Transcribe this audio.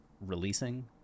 releasing